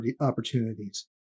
opportunities